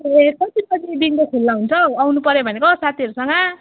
ए कति बजेदेखिन्को खुल्ला हुन्छ हौ आउनुपर्यो भनेको साथीहरूसँग